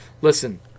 Listen